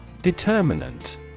Determinant –